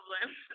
problem